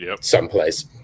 someplace